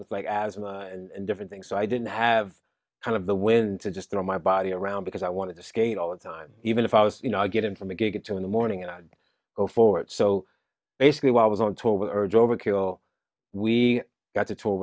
with like asthma and different things so i didn't have kind of the wind to just throw my body around because i wanted to skate all the time even if i was you know i get in from a gig two in the morning and i'd go for it so basically when i was on tour with urge overkill we got to t